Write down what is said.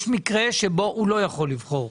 יש מקרה שבו הוא לא יכול לבחור.